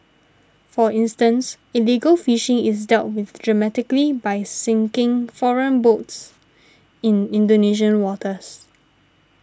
for instance illegal fishing is dealt with dramatically by sinking foreign boats in Indonesian waters